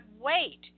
wait